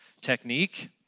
technique